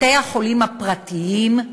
בתי-החולים הפרטיים,